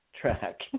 track